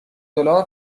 دلار